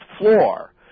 floor